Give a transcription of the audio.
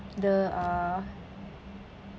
the uh